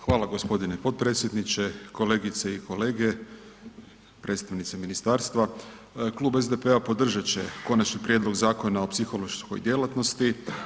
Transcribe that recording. Hvala g. potpredsjedniče, kolegice i kolege, predstavnici ministarstva, Klub SDP-a podržat će Konačni prijedlog Zakona o psihološkoj djelatnosti.